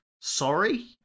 sorry